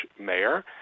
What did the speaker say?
Mayor